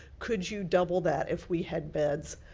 could you double that if we had beds?